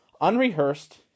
unrehearsed